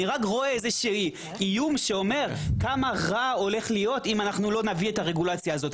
אני רק רוצה איום שאומר כמה רע הולך להיות אם לא נביא את הרגולציה הזאת.